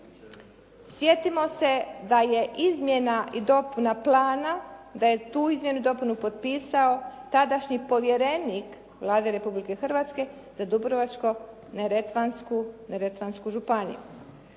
Sjetimo se da je izmjena i dopuna plana, da je tu izmjenu i dopunu potpisao tadašnji povjerenik Vlade Republike Hrvatske te Dubrovačko-neretvansku županiju.